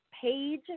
Page